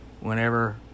whenever